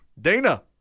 Dana